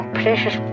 precious